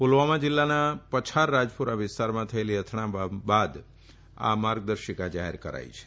પુલવામામાં જીલ્લાના પછાર રાજપોરા વિસ્તારમાં થયેલી અથડામણ બાદ આ માર્ગદર્શિકા જાહેર કરાઇ છે